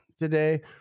today